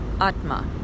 atma